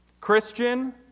Christian